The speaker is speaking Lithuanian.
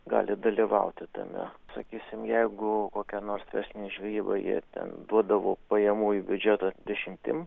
gali dalyvauti tame sakysim jeigu kokia nors jos verslinė žvejyba jie tenduodavo pajamų į biudžetą dešimtim